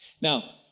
Now